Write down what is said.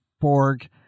Borg